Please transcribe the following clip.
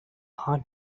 hard